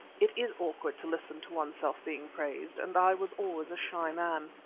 it is awkward to listen to oneself being praised, and i was always a shy man.